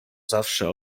zawsze